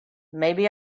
maybe